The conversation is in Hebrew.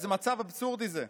איזה מצב אבסורדי זה.